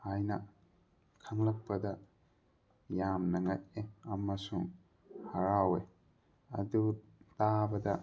ꯍꯥꯏꯅ ꯈꯪꯂꯛꯄꯗ ꯌꯥꯝꯅ ꯉꯛꯑꯦ ꯑꯃꯁꯨꯡ ꯍꯔꯥꯎꯋꯦ ꯑꯗꯨ ꯇꯥꯕꯗ